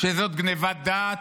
שזאת גנבת דעת?